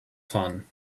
fun